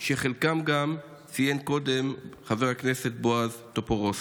שאת חלקם גם ציין קודם חבר כנסת בועז טופורובסקי.